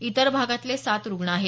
इतर भागातले सात रुग्ण आहेत